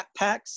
backpacks